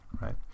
Right